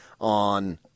on